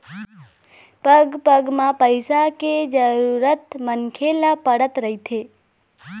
पग पग म पइसा के जरुरत मनखे ल पड़त रहिथे